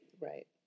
Right